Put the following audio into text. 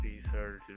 Research